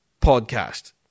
podcast